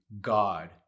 God